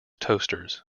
toasters